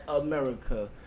America